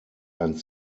ein